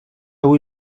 avui